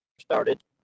started